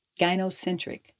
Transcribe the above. gynocentric